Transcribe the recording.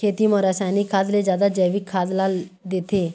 खेती म रसायनिक खाद ले जादा जैविक खाद ला देथे